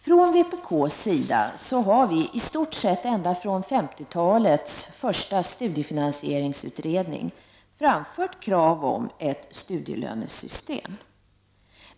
Från vpk:s sida har vi i stort sett ända från 50-talets första studiefinansieringsutredning framfört krav om ett studielönesystem.